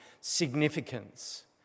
significance